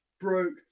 Broke